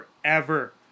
forever